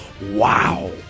Wow